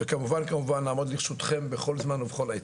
וכמובן כמובן נעמוד לרשותכם בכל זמן ובכל עת.